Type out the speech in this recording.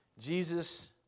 Jesus